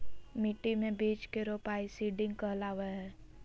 मिट्टी मे बीज के रोपाई सीडिंग कहलावय हय